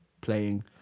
playing